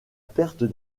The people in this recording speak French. perte